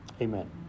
Amen